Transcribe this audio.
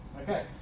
Okay